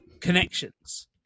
connections